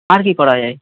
আর কী করা যায়